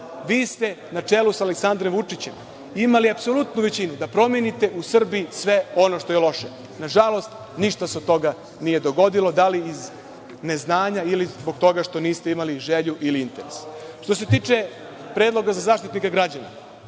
Vi ste na čelu sa Aleksandrom Vučićem, imali apsolutno većinu da promeniti u Srbiji sve ono što je loše. Nažalost, ništa se od toga nije dogodilo. Da li iz neznanja ili zbog toga što niste imali želju ili interes. Što se tiče Predloga za Zaštitnika građana,